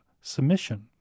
submission